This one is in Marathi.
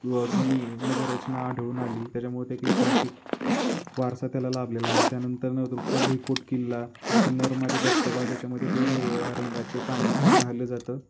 जुनी नगररचना आढळून आली त्याच्यामुळे एक ऐतिहासिक वारसा त्याला लाभलेला आहे त्यानंतर न रुकचा भुईकोट किल्ला जिथे नर्मदा धबधबा ज्याच्यामध्ये दोन वेगवेगळ्या रंगाचे पाणी व्हायले जातं